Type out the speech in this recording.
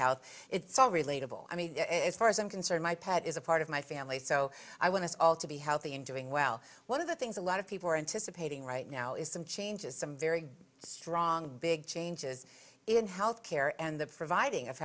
relatable i mean as far as i'm concerned my pet is a part of my family so i want us all to be healthy and doing well one of the things a lot of people are anticipating right now is some changes some very strong big changes in health care and the providing of